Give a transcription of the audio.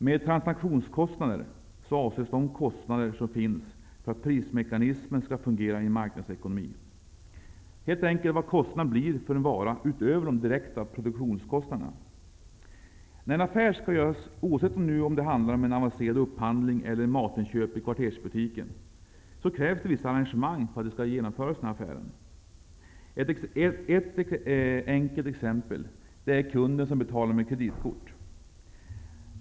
Med transaktionskostnader avses de kostnader som finns för att prismekanismen skall fungera i en marknadsekonomi -- helt enkelt vad kostnaden blir för en vara, utöver de direkta produktionskostnaderna. När en affär skall göras, oavsett om det handlar om en avancerad upphandling eller matinköp i kvartersbutiken, krävs vissa arrangemang för att affären skall kunna genomföras. Ett enkelt exempel är kunden som betalar med kreditkort.